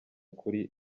kuri